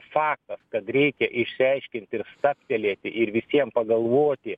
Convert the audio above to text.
faktas kad reikia išsiaiškinti ir stabtelėti ir visiem pagalvoti